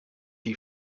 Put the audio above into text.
die